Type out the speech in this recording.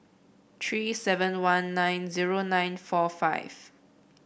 three seven one nine zero nine four five